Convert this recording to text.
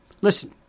Listen